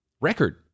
record